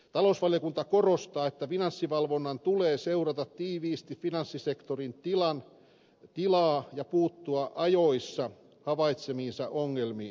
talousvaliokunta korostaa että finanssivalvonnan tulee seurata tiiviisti finanssisektorin tilaa ja puuttua ajoissa havaitsemiinsa ongelmiin